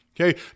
Okay